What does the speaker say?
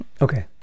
Okay